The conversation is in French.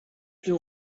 plus